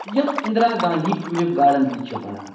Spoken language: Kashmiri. یَتھ اِنٛدرا گاندھی ٹیوٗلِپ گاڈن تہِ چھِ وَنان